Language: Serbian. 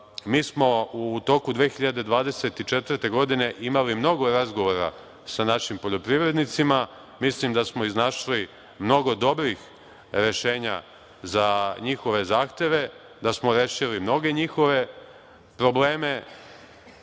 smo u toku 2024. godine imali mnogo razgovora sa našim poljoprivrednicima, mislim da smo iznašli mnogo dobrih rešenje za njihove zahteve, da smo rešili mnoge njihove probleme.